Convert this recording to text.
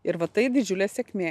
ir va tai didžiulė sėkmė